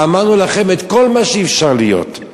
אמרנו לכם כל מה שיכול להיות.